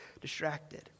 distracted